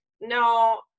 no